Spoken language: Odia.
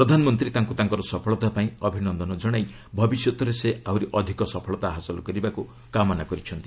ପ୍ରଧାନମନ୍ତ୍ରୀ ତାଙ୍କୁ ତାଙ୍କର ସଫଳତା ପାଇଁ ଅଭିନନ୍ଦନ ଜଣାଇ ଭବିଷ୍ୟତରେ ସେ ଆହୁରି ଅଧିକ ସଫଳତା ହାସଲ କରିବାକୁ କାମନା କରିଛନ୍ତି